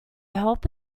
help